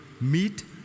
meet